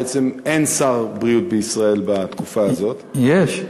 בעצם אין שר בריאות בישראל בתקופה הזאת, יש.